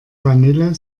vanille